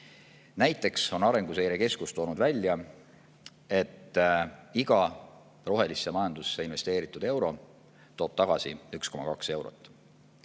Näiteks on Arenguseire Keskus toonud välja, et iga rohelisse majandusse investeeritud euro toob tagasi 1,2 eurot.